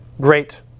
Great